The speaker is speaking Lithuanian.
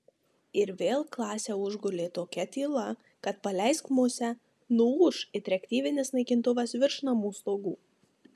ir vėl klasę užgulė tokia tyla kad paleisk musę nuūš it reaktyvinis naikintuvas virš namų stogų